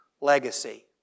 legacy